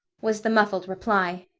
was the muffled reply.